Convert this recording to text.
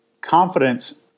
confidence